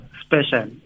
special